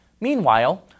Meanwhile